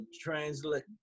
translate